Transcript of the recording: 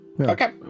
Okay